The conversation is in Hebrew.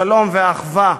השלום והאחווה,